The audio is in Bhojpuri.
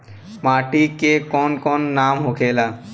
माटी के कौन कौन नाम होखेला?